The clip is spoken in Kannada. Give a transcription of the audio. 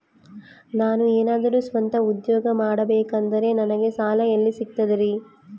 ನಾನು ಏನಾದರೂ ಸ್ವಂತ ಉದ್ಯೋಗ ಮಾಡಬೇಕಂದರೆ ನನಗ ಸಾಲ ಎಲ್ಲಿ ಸಿಗ್ತದರಿ?